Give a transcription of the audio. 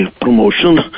promotion